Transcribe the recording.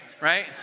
right